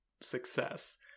success